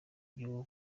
byo